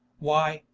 why,